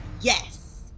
yes